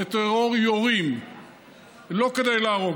בטרור יורים לא כדי להרוג,